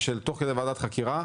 ושתוך כדי ועדת חקירה,